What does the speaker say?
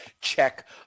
check